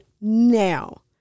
now